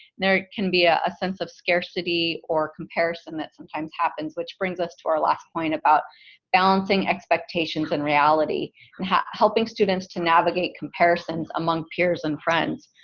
there can be ah a sense of scarcity or comparison that sometimes happens, which brings us to our last point about balancing expectations in reality, and helping students to navigate comparisons among peers and friends.